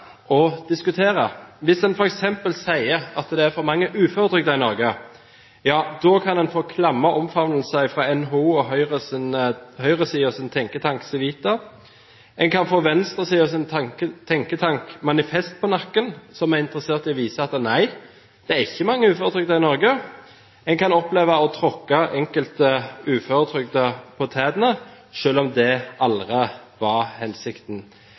diskutere. Hvis en f.eks. sier at det er for mange uføretrygdede i Norge, kan en få klamme omfavnelser fra NHO og høyresidens tenketank Civita, en kan få venstresidens tenketank Manifest på nakken, som er interessert i å vise at nei, det er ikke mange uføretrygdede i Norge, en kan oppleve å tråkke enkelte uføretrygdede på tærne, selv om det aldri var hensikten.